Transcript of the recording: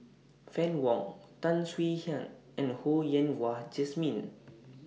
Fann Wong Tan Swie Hian and Ho Yen Wah Jesmine